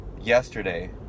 yesterday